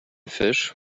fish